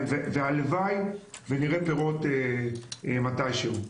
הלוואי ונראה פרות מתישהו.